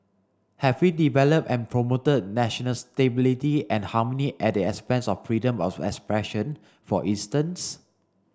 have we developed and promoted national stability and harmony at the expense of freedom of expression for instance